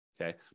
okay